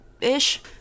ish